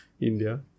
India